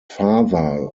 father